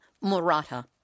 Murata